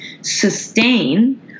sustain